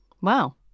Wow